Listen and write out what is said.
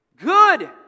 good